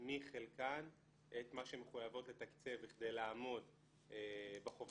מחלקן את מה שהן מחויבות לתקצב כדי לעמוד בחובה